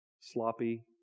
sloppy